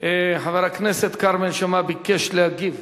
חבר הכנסת כרמל שאמה ביקש להגיב